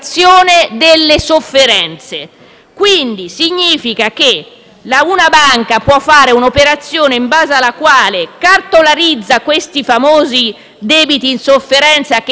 Ciò significa che una banca può fare un'operazione in base alla quale cartolarizza i famosi debiti in sofferenza (che pesano nei bilanci delle banche):